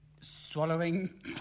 Swallowing